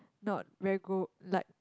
not very good like